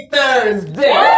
Thursday